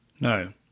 No